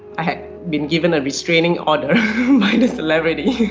i have been given a restraining order by the celebrity